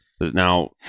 Now